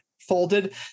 folded